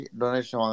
donation